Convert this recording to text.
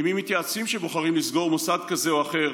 עם מי מתייעצים כשבוחרים לסגור מוסד כזה או אחר?